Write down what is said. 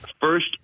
first